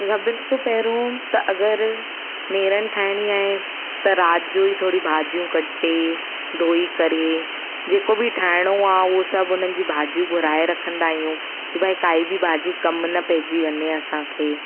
त सभिनि खां पहिरियों त अगरि नेरन ठाहिणी आहे त राति जो ई थोरी भाजियूं कटे धोई करे जेको बि ठाहिणो आहे उहो सभु उन्हनि जी भाजियूं घुराए रखंदा आहियूं की भई काई बि भाॼी कम न पइजी वञे असांखे